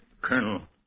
Colonel